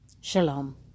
shalom